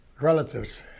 relatives